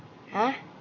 !huh!